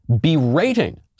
berating